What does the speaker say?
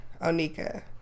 Onika